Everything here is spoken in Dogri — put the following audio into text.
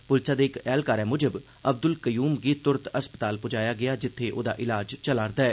पुलसै दे इक ऐह्लकारै मुजब अब्दुल क्यूम गी तुरत अस्पताल पुजाया गेआ जित्थें ओह्दा इलाज चला'रदा ऐ